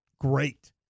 great